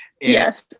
yes